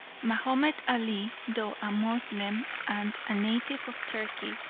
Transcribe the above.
mahomed ali, though a moslem and a native of turkey,